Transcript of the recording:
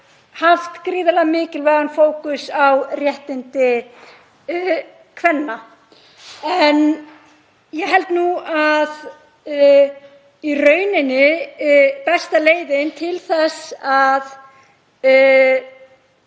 haft gríðarlega mikilvægan fókus á réttindi kvenna. Ég held að besta leiðin til þess að